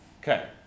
Okay